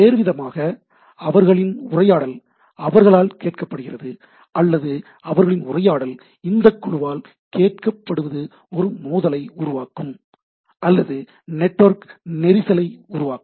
வேறுவிதமாக அவர்களின் உரையாடல் அவர்களால் கேட்கப்படுகிறது அல்லது அவர்களின் உரையாடல் இந்த குழுவால் கேட்கப்படுவது ஒரு மோதலை உருவாக்கும் அல்லது நெட்வொர்க் நெரிசலை உருவாக்கும்